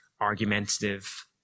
argumentative